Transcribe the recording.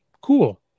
Cool